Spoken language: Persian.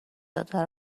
داده